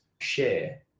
share